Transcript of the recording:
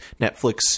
Netflix